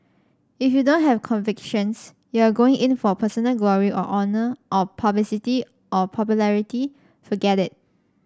if you don't have convictions you are going in for personal glory or honour or publicity or popularity forget it